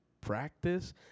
practice